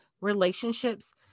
relationships